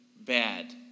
bad